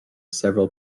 several